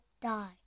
die